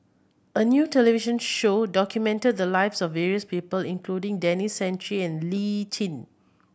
a new television show documented the lives of various people including Denis Santry and Lee Tjin